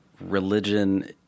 religion